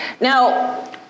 Now